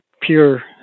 pure